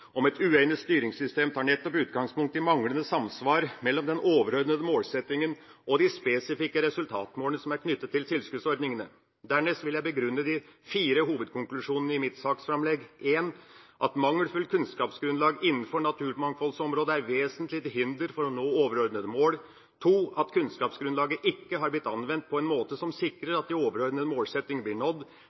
om et uegnet styringssystem tar nettopp utgangspunkt i manglende samsvar mellom den overordnete målsettingen og de spesifikke resultatmålene som er knyttet til tilskuddsordningene. Dernest vil jeg begrunne de fire hovedkonklusjonene i mitt saksframlegg: At mangelfullt kunnskapsgrunnlag innenfor naturmangfoldområdet er vesentlig til hinder for å nå overordnete mål. At kunnskapsgrunnlaget ikke har blitt anvendt på en måte som sikrer at de overordnete målsettingene blir nådd.